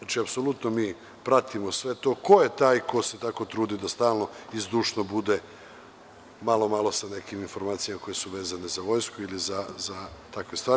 Apsolutno mi pratimo sve to, ko je taj ko se tako trudi da stalno i zdušno bude malo malo sa nekim informacijama koje su vezane za Vojsku i za takve stvari.